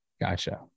Gotcha